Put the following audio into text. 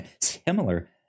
similar